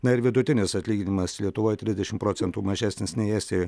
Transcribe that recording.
na ir vidutinis atlyginimas lietuvoj trisdešim procentų mažesnis nei estijoj